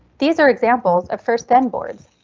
these are examples of first then boards.